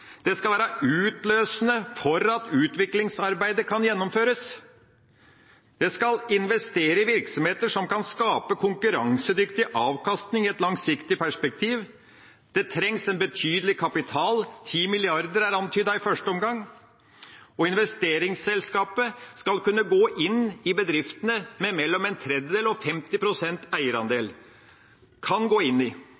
Det skal være utløsende for at utviklingsarbeidet kan gjennomføres. Det skal investere i virksomheter som kan skape konkurransedyktig avkastning i et langsiktig perspektiv. Det trengs en betydelig kapital – 10 mrd. kr er antydet i første omgang – og investeringsselskapet skal kunne gå inn i bedriftene med mellom en tredjedel og 50 pst. eierandel.